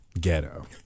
ghetto